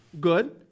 good